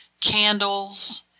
candles